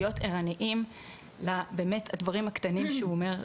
להיות ערניים באמת לדברים הקטנים שהוא אומר.